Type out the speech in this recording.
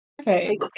Okay